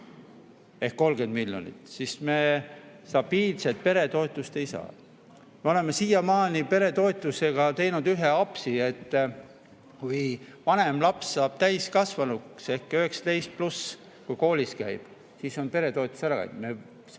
ehk 30 miljonit –, siis me stabiilset peretoetust ei saa. Me oleme siiamaani peretoetusega teinud ühe apsu, et kui vanem laps saab täiskasvanuks ehk 19+, kui koolis käib, siis on peretoetus ära